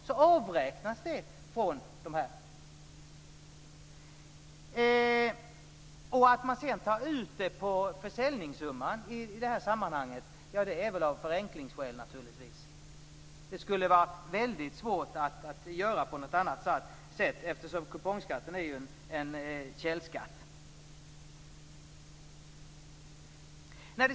Skälet till att man tar ut det här på försäljningssumman i det här sammanhanget är naturligtvis att man vill förenkla. Det skulle vara väldigt svårt att göra på något annat sätt, eftersom kupongskatten är en källskatt.